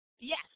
Yes